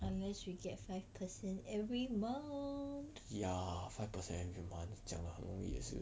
unless you get five percent every month